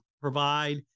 provide